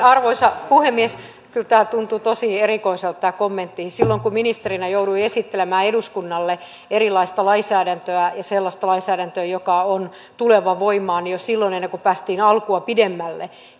arvoisa puhemies kyllä tämä kommentti tuntuu tosi erikoiselta silloin kun ministerinä jouduin esittelemään eduskunnalle erilaista lainsäädäntöä ja sellaista lainsäädäntöä joka on tuleva voimaan jo silloin ennen kuin päästiin alkua pidemmälle